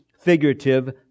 Figurative